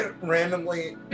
randomly